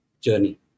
journey